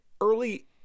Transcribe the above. early